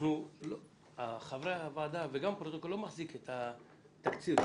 אנחנו חברי הוועדה וגם רשם הפרוטוקולים לא מחזיקים את התקציר שלכם.